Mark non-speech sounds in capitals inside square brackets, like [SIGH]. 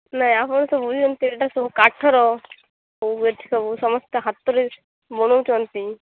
ନାଇଁ ଆପଣ ସବୁ ଯେମିତି ଏଇଟା ସବୁ କାଠର [UNINTELLIGIBLE] ସମସ୍ତେ ହାତରେ ବୁଣୁଛନ୍ତି